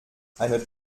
eine